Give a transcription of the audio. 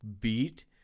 beat